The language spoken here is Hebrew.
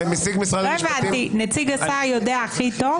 לא הבנתי, נציג השר יודע הכי טוב?